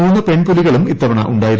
മൂന്നു പെൺപുലികളും ഇത്തവണ ഉണ്ടായിരുന്നു